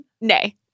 Nay